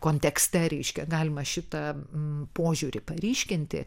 kontekste reiškia galima šitą požiūrį paryškinti